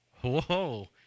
Whoa